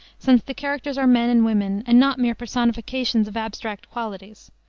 since the characters are men and women and not mere personifications of abstract qualities.